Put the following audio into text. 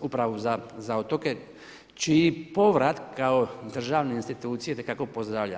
Upravu za otoke čiji povrat kao državne institucije itekako pozdravljam.